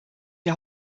die